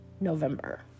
November